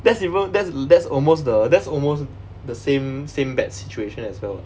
that's even that's that's almost the that's almost the same same bad situation as well